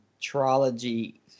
trilogy